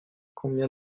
combien